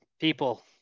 people